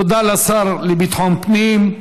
תודה לשר לביטחון פנים.